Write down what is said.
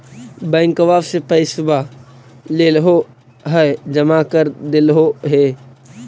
बैंकवा से पैसवा लेलहो है जमा कर देलहो हे?